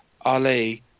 Ali